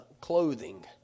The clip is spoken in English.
clothing